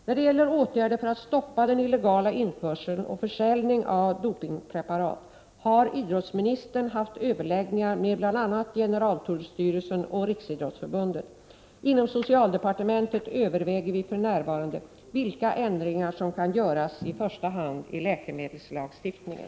När det gäller åtgärder för att stoppa den illegala införseln och försäljning av dopingpreparat har idrottsministern haft överläggningar med bl.a. generaltullstyrelsen och Riksidrottsförbundet. Inom socialdepartementet överväger vi för närvarande vilka ändringar som kan göras i första hand i läkemedelslagstiftningen.